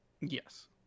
Yes